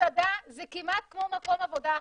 מסעדה זה כמעט כמו מקום עבודה אחר.